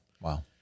Wow